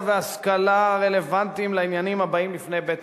והשכלה הרלוונטיים לעניינים הבאים לפני בית-הדין.